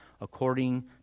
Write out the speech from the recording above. according